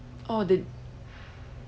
orh the